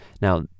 Now